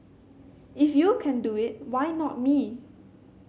if you can do it why not me